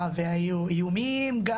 ארבעה פעמים הלכתי למשטרה, היו איומים על חיי.